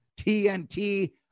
TNT